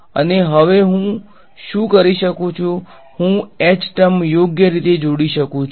અને હવે હું શું કરી શકું છું હું H ટર્મ યોગ્ય રીતે જોડી શકું છું